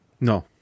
No